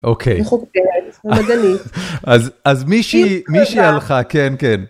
אוקיי, אז מי שהיא, מי שהיא הלכה, כן, כן.